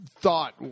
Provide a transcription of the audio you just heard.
thought